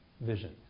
vision